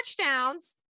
touchdowns